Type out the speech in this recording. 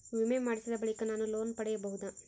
ವಿಮೆ ಮಾಡಿಸಿದ ಬಳಿಕ ನಾನು ಲೋನ್ ಪಡೆಯಬಹುದಾ?